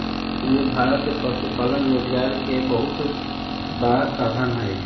पूरे भारत में पशुपालन रोजगार के बहुत बड़ा साधन हई